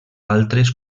altres